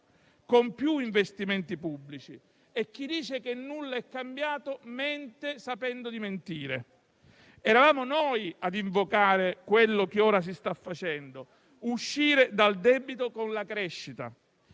con più investimenti pubblici. E chi dice che nulla è cambiato mente sapendo di mentire. Eravamo noi a invocare quanto ora si sta facendo: uscire dal debito con la crescita.